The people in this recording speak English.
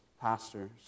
pastors